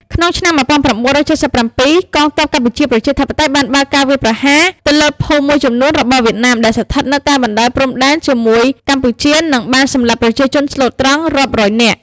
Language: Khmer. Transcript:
ក្នុងឆ្នាំ១៩៧៧ កងទ័ពកម្ពុជាប្រជាធិបតេយ្យបានបើកការវាយប្រហារទៅលើភូមិមួយចំនួនរបស់ វៀតណាមដែលស្ថិតនៅតាមបណ្តោយព្រំដែនជាមួយកម្ពុជា និងបានសម្លាប់ប្រជាជនស្លូតត្រន់រាប់រយនាក់។